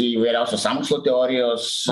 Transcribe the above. įvairiausios sąmokslo teorijos